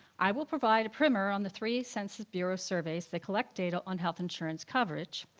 i will provide a primer on the three census bureau surveys that collect data on health insurance coverage.